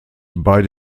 bei